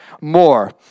more